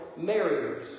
marriers